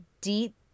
deep